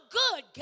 good